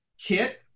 kit